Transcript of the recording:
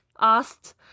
asked